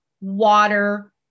water